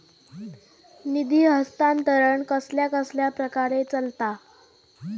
निधी हस्तांतरण कसल्या कसल्या प्रकारे चलता?